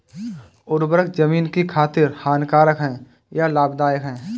उर्वरक ज़मीन की खातिर हानिकारक है या लाभदायक है?